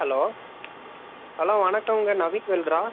hello hello வணக்கமுங்க நவிக் வெல்டரா